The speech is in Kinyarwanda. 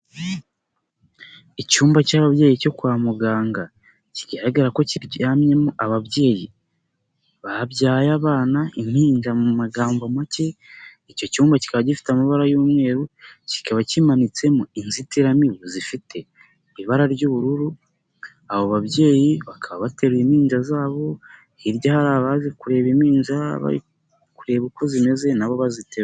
Icyumba cy'ababyeyi cyo kwa muganga kigaragara ko kiryamyemo ababyeyi babyaye abana impinja mu magambo make, icyo cyumba kikaba gifite amabara y'umweru, kikaba kimanitsemo inzitiramibu zifite ibara ry'ubururu, abo babyeyi bakaba bateruye impinja zabo, hirya hari abaje kureba impinja bari kureba uko zimeze n'abo baziterura.